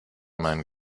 mein